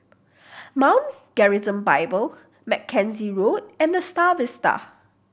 Mount Gerizim Bible Mackenzie Road and The Star Vista